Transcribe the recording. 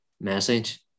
message